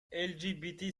lgbt